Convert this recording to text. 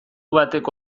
bateko